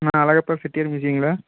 Anna Alagappa Chettiar மியூசியம்ங்களா